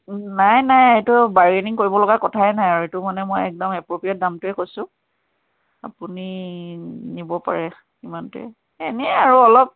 নাই নাই এইটো বাৰ্গেইনিং কৰিবলগা কথাই নাই আৰু এইটো মানে মই একদম এপ্প্ৰপ্ৰিয়েট দামটোৱে কৈছোঁ আপুনি নিব পাৰে ইমানতে এনে আৰু অলপ